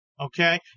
Okay